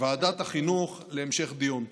לוועדת החינוך להמשך דיון.